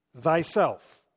thyself